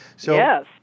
Yes